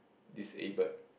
disabled